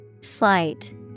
slight